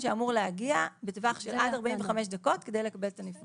תכף נקבל הסבר.